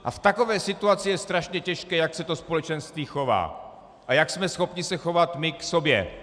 A v takové situaci je strašně těžké, jak se to společenství chová a jak jsme schopni se chovat my k sobě.